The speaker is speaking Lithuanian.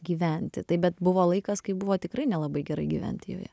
gyventi taip bet buvo laikas kai buvo tikrai nelabai gerai gyventi joje